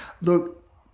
Look